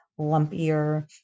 lumpier